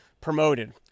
promoted